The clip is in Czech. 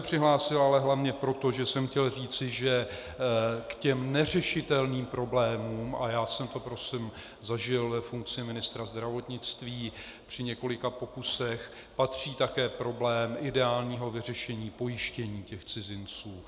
Přihlásil jsem se ale hlavně proto, že jsem chtěl říci, že k těm neřešitelným problémům, a já jsem to prosím zažil ve funkci ministra zdravotnictví při několika pokusech, patří také problém ideálního vyřešení pojištění cizinců.